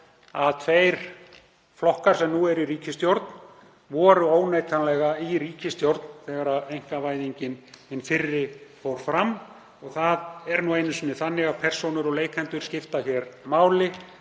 að tveir flokkar sem nú eru í ríkisstjórn voru óneitanlega í ríkisstjórn þegar einkavæðingin hin fyrri fór fram. Og það er nú einu sinni þannig að persónur og leikendur skipta hér máli